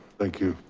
thank you.